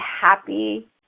happy